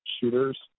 shooters